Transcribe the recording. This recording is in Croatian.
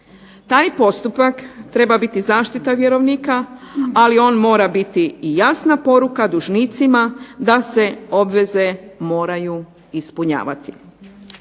Taj postupak treba biti zaštita vjerovnika ali on mora biti i jasna poruka dužnicima da se obveze moraju ispunjavati.